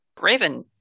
Raven